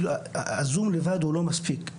הזום לבד הוא לא מספיק.